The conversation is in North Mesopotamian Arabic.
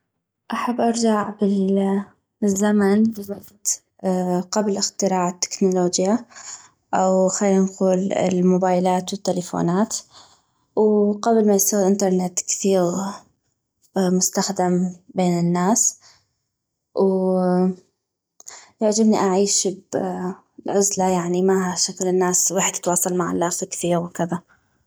احب ارجع بالزمن لوقت قبل اختراع التكنلوجيا او خلي نقول الموبايلات والتلفونات وقبل ما يصيغ الانترنت كثيغ مستخدم بين الناس ويعجبني اعيش ب بعزلة يعني ما هشكل الناس ويحد يتواصل مع الماي كثيغ وكذا